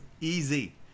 easy